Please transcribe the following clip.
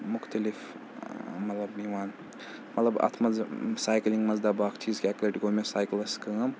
مُختٔلِف مطلب یِوان مطلب اَتھ منٛز سایکلِنٛگ منٛز دَب بہٕ اَکھ چیٖز کہِ اَکہِ لَتہِ گوٚو مےٚ سایکٕلَس کٲم